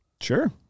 Sure